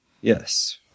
yes